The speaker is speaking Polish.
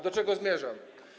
Do czego zmierzam?